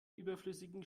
überflüssigen